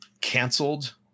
canceled